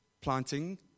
planting